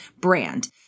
brand